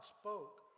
spoke